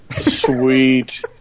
Sweet